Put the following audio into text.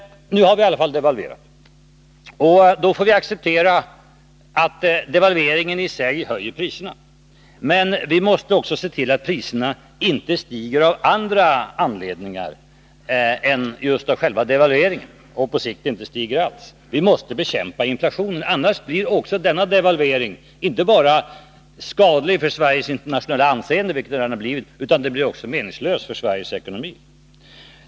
Nu har vi i alla fall devalverat, och då får vi acceptera att devalveringen i sig höjer priserna. Men vi måste också se till att priserna inte stiger av andra anledningar än just själva devalveringen och på sikt inte stiger alls. Vi måste bekämpa inflationen, annars blir också denna devalvering inte bara skadlig för Sveriges internationella anseende — vilket den redan har blivit — utan också meningslös för Sveriges ekonomi.